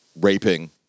Raping